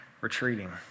retreating